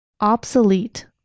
Obsolete